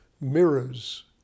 mirrors